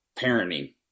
parenting